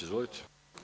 Izvolite.